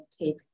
take